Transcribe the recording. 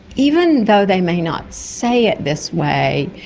even though they may not say it this way,